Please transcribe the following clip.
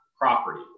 property